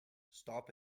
stop